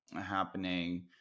happening